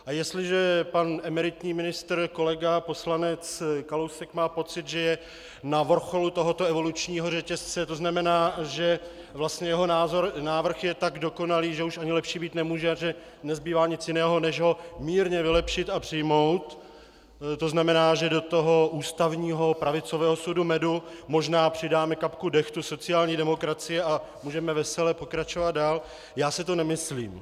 A jestliže pan emeritní ministr kolega poslanec Kalousek má pocit, že je na vrcholu tohoto evolučního řetězce, to znamená, že vlastně jeho návrh je tak dokonalý, že už ani lepší být nemůže, a že nezbývá nic jiného, než ho mírně vylepšit a přijmout, to znamená, že do toho ústavního pravicového sudu medu možná přidáme kapku dehtu sociální demokracie a můžeme vesele pokračovat dál, já si to nemyslím.